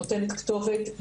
נותנת כתובת,